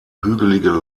hügelige